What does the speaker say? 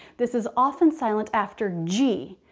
this is often silent after g.